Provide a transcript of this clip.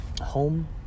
Home